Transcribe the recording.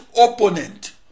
opponent